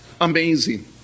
amazing